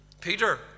Peter